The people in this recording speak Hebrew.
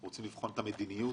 רוצים לבחון את המדיניות,